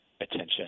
attention